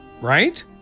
Right